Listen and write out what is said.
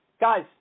Guys